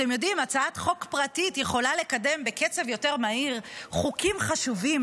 הצעת חוק פרטית יכולה לקדם בקצב יותר מהיר חוקים חשובים,